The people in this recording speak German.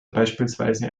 beispielsweise